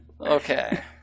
Okay